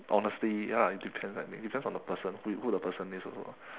honestly ya it depends like maybe depends on the person who who the person is also lah